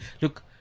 Look